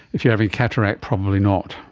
if you're having cataract, probably not.